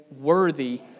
worthy